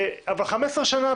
וחמש עשרה שנה,